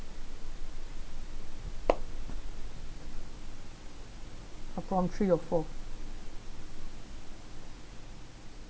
uh prompt three of four